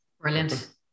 brilliant